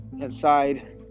inside